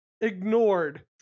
Ignored